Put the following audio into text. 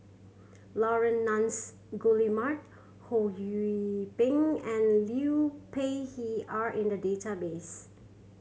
Laurence Nunns Guillemard Ho Yee Ping and Liu Peihe are in the database